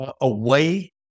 away